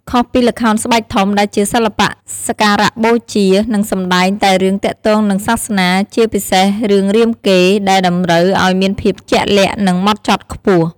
ខុសពីល្ខោនស្បែកធំ ដែលជាសិល្បៈសក្ការៈបូជា និងសម្តែងតែរឿងទាក់ទងនឹងសាសនា ជាពិសេសរឿងរាមកេរ្តិ៍ ដែលតម្រូវឱ្យមានភាពជាក់លាក់ និងហ្មត់ចត់ខ្ពស់ ។